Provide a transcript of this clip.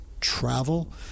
travel